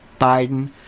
Biden